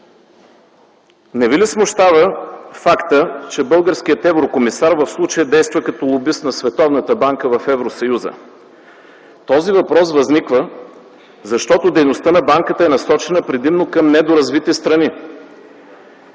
Не, Ви ли смущава факта, че българският еврокомисар в случая действа като лобист на Световната банка в Евросъюза? Този въпрос възниква, защото дейността на Банката е насочена предимно към недоразвити страни.